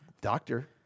doctor